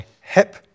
Hip